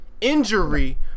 injury